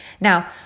Now